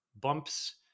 bumps